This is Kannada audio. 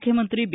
ಮುಖ್ಯಮಂತ್ರಿ ಬಿ